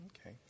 Okay